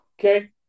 Okay